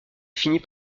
finit